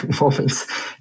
moments